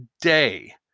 day